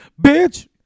Bitch